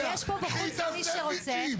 עוד מעט תהיה ועדה קבועה, ואז אין שום בעיה.